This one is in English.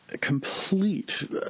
complete